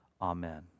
Amen